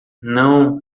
não